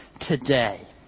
today